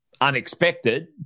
unexpected